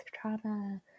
trauma